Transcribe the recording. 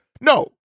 No